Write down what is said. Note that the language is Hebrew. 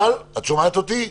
את שומעת אותי?